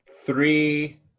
three